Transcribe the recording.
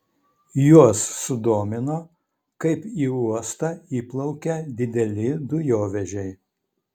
juos sudomino kaip į uostą įplaukia dideli dujovežiai